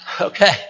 Okay